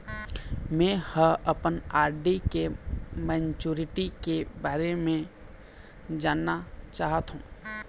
में ह अपन आर.डी के मैच्युरिटी के बारे में जानना चाहथों